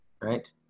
right